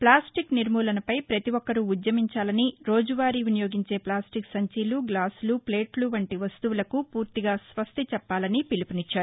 plastic నిర్మూలనపై ప్రపతి ఒక్కరూ ఉద్యమించాలని రోజువారీ వినియోగించే ఫ్లాస్టిక్ సంచీలు గ్లాసులు ప్లేట్లు వంటి వస్తువులకు పూర్తిగా స్వస్తి చెప్పాలని పిలుపు నిచ్చారు